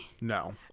no